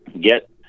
get